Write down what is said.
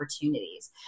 opportunities